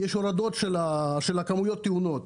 יש ככה הורדה של כמות התאונות.